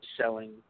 selling